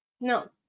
No